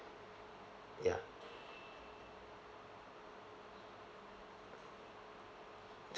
ya